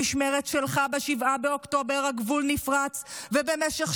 במשמרת שלך ב-7 באוקטובר הגבול נפרץ ובמשך